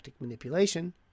manipulation